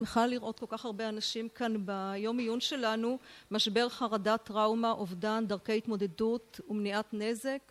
אני שמחה לראות כל כך הרבה אנשים כאן ביום עיון שלנו משבר, חרדה, טראומה, אובדן, דרכי התמודדות ומניעת נזק